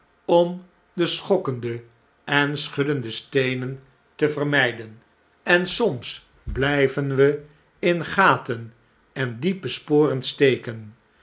om de schokkende en schuddende steenen te vermjjden en soms bljjven we in gaten en diepe sporen steken